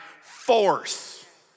force